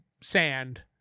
Sand